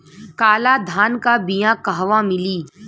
काला धान क बिया कहवा मिली?